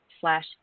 slash